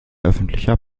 öffentlicher